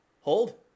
Hold